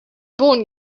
born